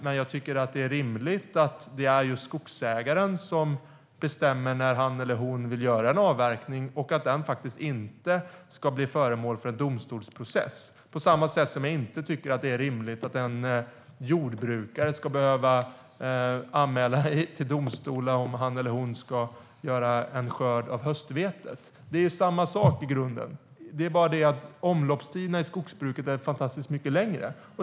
Men jag tycker att det är rimligt att det är just skogsägaren som bestämmer när han eller hon vill göra en avverkning och att den inte ska bli föremål för domstolsprocess, på samma sätt som jag inte tycker att det är rimligt att en jordbrukare ska behöva anmäla till domstol om han eller hon ska göra en skörd av höstvetet. Det är i grunden samma sak. Det är bara det att omloppstiderna i skogsbruket är fantastiskt mycket längre.